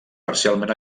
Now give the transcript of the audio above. parcialment